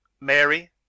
Mary